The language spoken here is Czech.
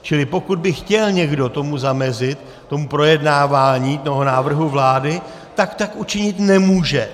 Čili pokud by chtěl někdo tomu zamezit, tomu projednávání návrhu vlády, tak tak učinit nemůže.